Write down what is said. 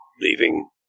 leaving